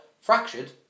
Fractured